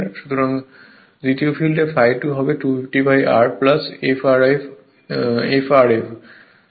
কিন্তু দ্বিতীয় ফিল্ডে ∅2 হবে 250 R f Rf